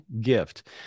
gift